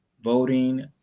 Voting